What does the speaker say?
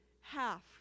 half